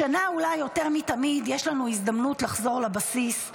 השנה אולי יותר מתמיד יש לנו הזדמנות לחזור לבסיס,